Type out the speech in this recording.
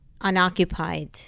unoccupied